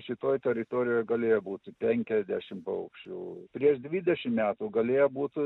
šitoj teritorijoj galėjo būti penkiasdešim paukščių prieš dvidešim metų galėjo būt